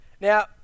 Now